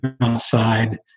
outside